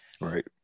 Right